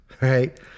right